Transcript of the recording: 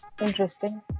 interesting